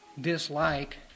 dislike